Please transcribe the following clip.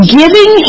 giving